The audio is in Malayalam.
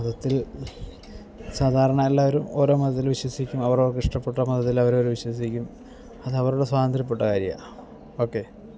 മതത്തിൽ സാധാരണ എല്ലാവരും ഓരോ മതത്തിൽ വിശ്വസിക്കും അവരവർക്ക് ഇഷ്ടപ്പെട്ട മതത്തിൽ അവരോരോ വിശ്വസിക്കും അത് അവരുടെ സ്വാതന്ത്ര്യപ്പെട്ട കാര്യമാണ് ഓക്കെ